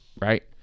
right